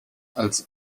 als